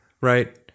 right